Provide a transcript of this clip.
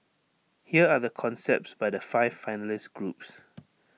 here are the concepts by the five finalist groups